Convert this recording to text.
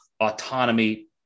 autonomy